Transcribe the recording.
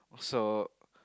so